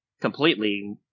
completely